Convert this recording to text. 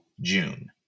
June